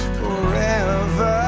forever